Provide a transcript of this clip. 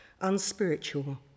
unspiritual